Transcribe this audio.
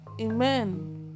amen